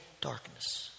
darkness